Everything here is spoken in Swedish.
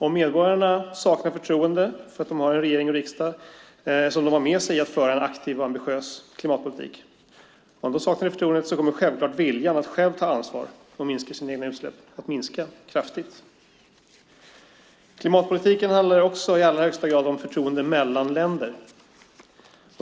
Om medborgarna saknar förtroende för att de har regering och riksdag med sig i att föra en aktiv och ambitiös klimatpolitik kommer självklart viljan att själv ta ansvar och minska sina utsläpp att minska kraftigt. Klimatpolitiken handlar i allra högsta grad om förtroende mellan länder.